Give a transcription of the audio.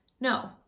no